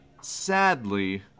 sadly